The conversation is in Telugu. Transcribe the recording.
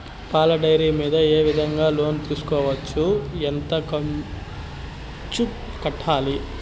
పాల డైరీ మీద ఏ విధంగా లోను తీసుకోవచ్చు? ఎంత కంతు కట్టాలి?